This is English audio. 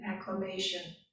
acclamation